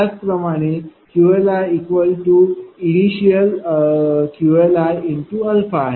त्याचप्रमाणेQLi QL0 × αआहे